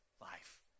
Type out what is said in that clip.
life